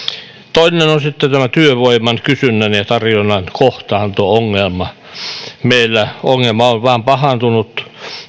toinen on sitten tämä työvoiman kysynnän ja tarjonnan kohtaanto ongelma meillä ongelma on vain pahentunut